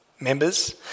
members